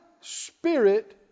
spirit